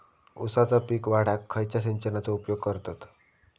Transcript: ऊसाचा पीक वाढाक खयच्या सिंचनाचो उपयोग करतत?